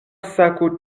sako